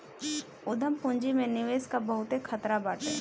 उद्यम पूंजी में निवेश कअ बहुते खतरा बाटे